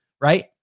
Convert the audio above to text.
right